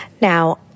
Now